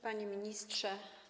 Panie Ministrze!